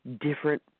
different